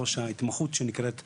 ראש ההתמחות שנקראת מנהיגות,